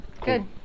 Good